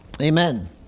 Amen